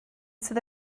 sydd